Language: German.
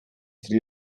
sri